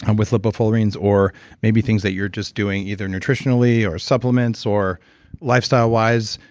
um with lipofullerenes or maybe things that you're just doing either nutritionally or supplements or lifestyle wise.